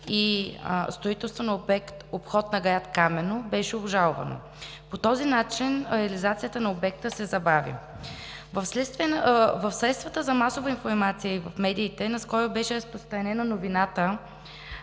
и строителство на обект „Обход на град Камено“ беше обжалвано. По този начин реализацията на обекта се забави. В средствата за масова информация и в медиите наскоро беше разпространена новината,